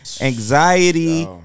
anxiety